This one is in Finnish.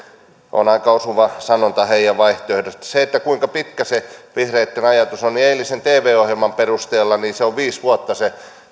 on aika osuva sanonta heidän vaihtoehdostaan se kuinka pitkä se vihreitten ajatus on eilisen tv ohjelman perusteella on viisi vuotta se